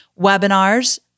webinars